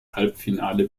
halbfinale